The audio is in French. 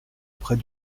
près